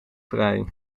vrij